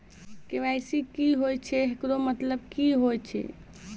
KYC की होय छै, एकरो मतलब की होय छै?